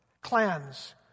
clans